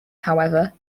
however